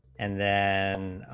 and then,